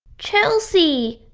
chelsea!